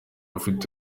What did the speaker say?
ufite